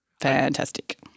fantastic